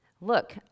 Look